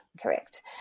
correct